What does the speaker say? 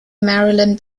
marilyn